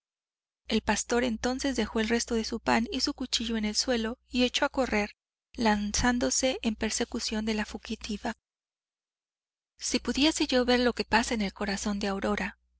el pastor entonces dejó el resto de su pan y su cuchillo en el suelo y echó a correr lanzándose en persecución de la fugitiva si pudiese yo ver lo que pasa en el corazón de aurora